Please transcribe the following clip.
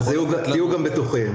תהיו גם בטוחים.